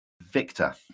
Victor